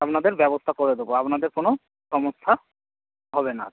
আপনাদের ব্যবস্তা করে দেবো আপনাদের কোনো সমস্যা হবে না আর